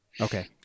Okay